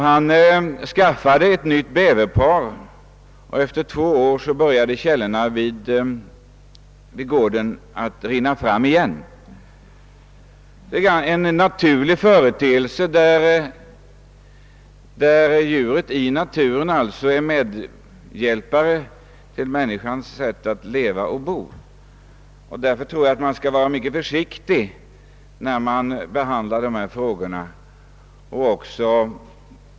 Han skaffade ett nytt bäverpar, och efter två år började källorna kring gården att rinna fram igen. Här är en naturlig företeelse att dju ret i naturen alltså är medhjälpare till människans sätt att leva och bo. Därför tror jag att man skall vara mycket försiktig, när man behandlar dessa frågor och icke överdriva.